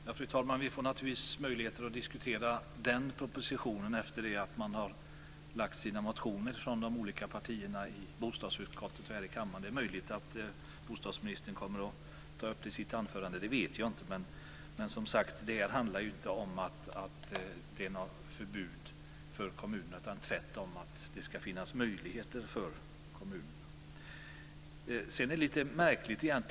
Fru talman! Vi får naturligtvis möjligheter att diskutera den propositionen efter det de olika partierna har lagt fram sina motionerna i bostadsutskottet och här i kammaren. Det är möjligt att bostadsministern kommer att ta upp det i sitt anförande. Det vet jag inte. Det här handlar inte om något förbud för kommunerna, utan tvärtom att om att det ska finnas möjligheter för kommunerna.